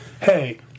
Hey